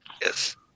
Yes